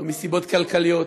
לא מסיבות כלכליות,